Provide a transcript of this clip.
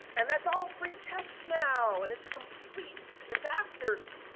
and, that's all free text now and it's a complete disaster.